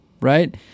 Right